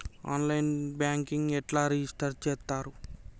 On line banking ఎట్లా register చేత్తరు?